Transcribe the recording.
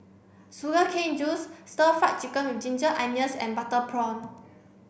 sugar cane juice stir fry chicken with ginger onions and butter prawn